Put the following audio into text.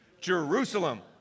Jerusalem